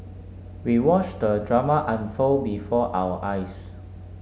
we watched the drama unfold before our eyes